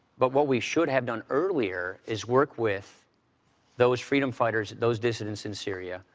but what we should have done earlier is work with those freedom fighters, those dissidents in syria.